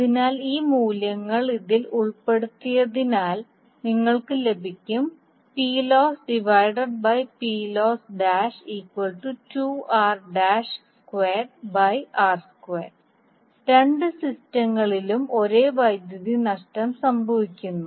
അതിനാൽ ഈ മൂല്യങ്ങൾ ഇതിൽ ഉൾപ്പെടുത്തിയാൽ നിങ്ങൾക്ക് ലഭിക്കും രണ്ട് സിസ്റ്റങ്ങളിലും ഒരേ വൈദ്യുതി നഷ്ടം സംഭവിക്കുന്നു